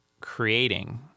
creating